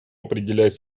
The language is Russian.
определять